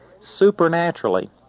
supernaturally